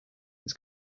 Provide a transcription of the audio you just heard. his